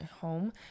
home